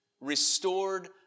restored